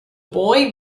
boy